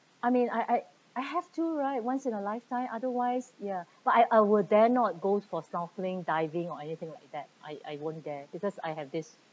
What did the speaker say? I mean I I I have to right once in a lifetime otherwise ya but I will dare not go for snorkelling diving or anything like that I I won't dare because I have this